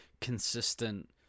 consistent